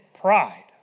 pride